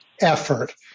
effort